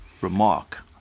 remark